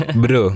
bro